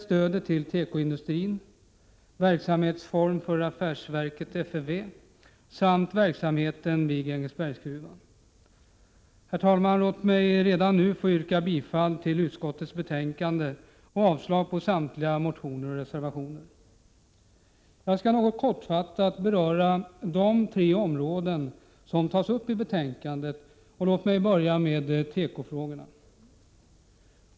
Redan nu yrkar jag bifall till hemställan i utskottets betänkande och avslag på samtliga motioner och reservationer. Jag skall kortfattat beröra de tre områden som berörs i betänkandet. Jag börjar med tekofrågorna.